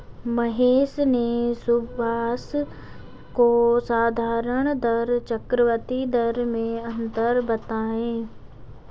महेश ने सुभाष को साधारण दर चक्रवर्ती दर में अंतर बताएं